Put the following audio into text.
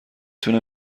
تونه